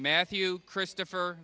matthew christopher